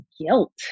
guilt